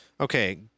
Okay